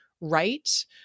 right